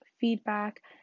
feedback